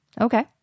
Okay